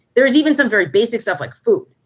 there is even some very basic stuff like food.